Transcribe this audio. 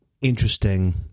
interesting